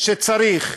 שצריך,